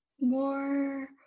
more